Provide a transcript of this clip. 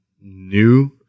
new